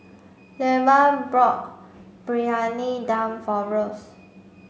Leva bought Briyani Dum for Russ